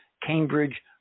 Cambridge